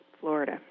Florida